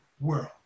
world